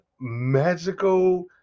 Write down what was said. magical